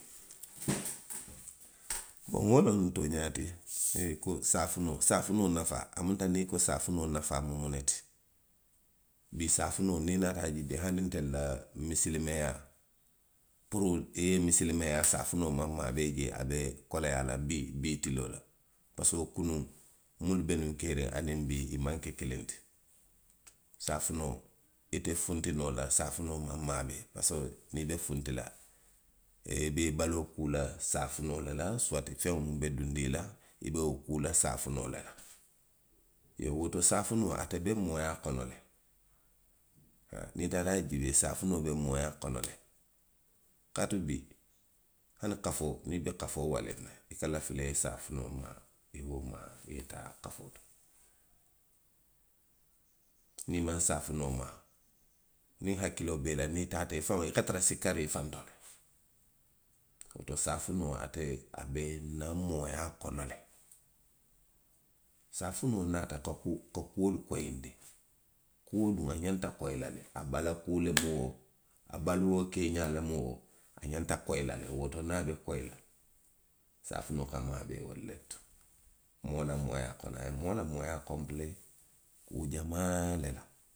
wo loŋ tooňaa ti, ee, ko saafinoo. saafinoo nafaa, a munta niŋ i ko saafinoo nafaa, mu muŋ ne ti? Bii saafinoo niŋ i naata a jiibee, hani ntelula misilimeyaa, puru i ye misilimeyaa, saafinoo maŋ maabee jee, a be koleyaa la le bii, bii tiloo la. parisiko kunuŋ. munnu be nuŋ keeriŋ aniŋ bii, i maŋ ke kiliŋ ti. Saafinoo. ite funti noo la saafinoo maŋ maabee parisiko niŋ i be funti la, ee i be i baloo kuu lasaafinoo le la, suwati. feŋo muŋ be duŋ ne i la be wo kuu la saafinoo le la. Iyoo, woto saafinoo, ate be mooyaa kono le. Haa, niŋ i taata a jiibee, saafinoo be mooyaa kono le. Kaatu bii, hani kafoo, niŋ i be kafoo waliŋ na. i ka lafi le i ye saafinoo maa, i ye wo maa, i ye taa kafoo to. Niŋ i maŋ saafinoo maa, niŋ hakkiloo be i la, niŋ i taata i faŋo ye, i ka tara sikkariŋ i faŋo to le. Woto saafinoo, ate, a be nna mooyaa kono le. Saafinoo naata ka, ka kuolu koyindi, kuolu duŋ, a ňanta koyi la le, a bala kuu le to woo. a baluo keeňaa lemu woo, a ňanta koyi la le. Woto niŋ a be koyi la, saafinoo ka maabee wolu le to. Moo la mooyaa kono, moo la mooyaa konpilee kuu jamaa le la.